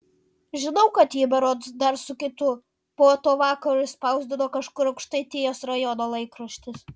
žinau kad jį berods dar su kitu po to vakaro išspausdino kažkur aukštaitijos rajono laikraštis